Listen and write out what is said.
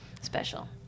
Special